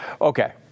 okay